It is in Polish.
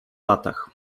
latach